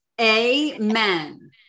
Amen